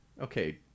okay